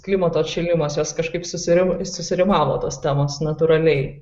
klimato atšilimas jos kažkaip susi susirimavo tos temos natūraliai